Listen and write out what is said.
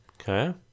Okay